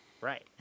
Right